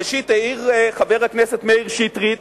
ראשית, העיר חבר הכנסת מאיר שטרית